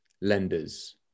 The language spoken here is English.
lenders